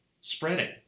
spreading